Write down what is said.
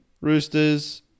roosters